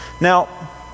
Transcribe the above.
Now